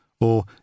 or